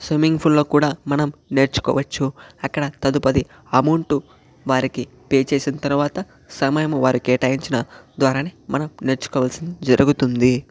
swimming pool లో కూడా మనం నేర్చుకోవచ్చు అక్కడ తదుపది అమౌంట్ వారికి పే చేసిన తర్వాత సమయం వారికి కేటాయించిన ద్వారానే మనం నేర్చుకోవాల్సి జరుగుతుంది